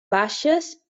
baixes